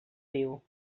viu